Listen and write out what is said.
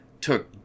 took